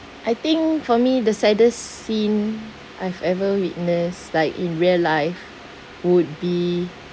I think for me the saddest scene I've ever witnessed like in real life would be